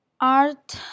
art